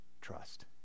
trust